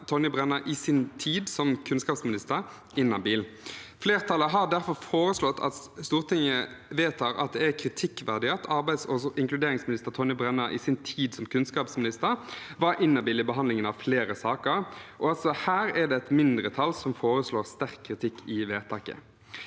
i sin tid som kunnskapsminister inhabil. Flertallet har derfor foreslått at Stortinget vedtar at det er kritikkverdig at arbeids- og inkluderingsminister Tonje Brenna i sin tid som kunnskapsminister var inhabil i behandlingen av flere saker. Også her er det et mindretall som foreslår sterk kritikk i vedtaket.